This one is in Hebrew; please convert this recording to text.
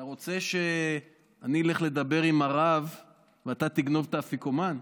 אתה רוצה שאני אלך לדבר עם הרב ואתה תגנוב את האפיקומן?